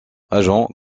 agents